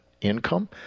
income